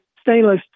stainless